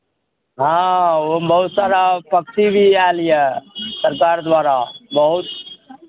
हँ ओहिमे बहुत सारा पक्षी भी आयल यए सरकार द्वारा बहुत